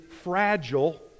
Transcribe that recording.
fragile